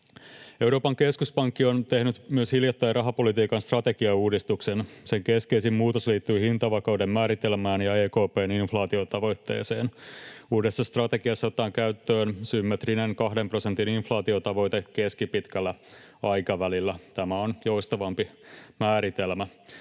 Euroopan keskuspankki on tehnyt myös hiljattain rahapolitiikan strategiauudistuksen. Sen keskeisin muutos liittyi hintavakauden määritelmään ja EKP:n inflaatiotavoitteeseen. Uudessa strategiassa otetaan käyttöön symmetrinen kahden prosentin inflaatiotavoite keskipitkällä aikavälillä. Tämä on joustavampi määritelmä.